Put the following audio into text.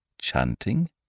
Chanting